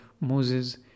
Moses